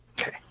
Okay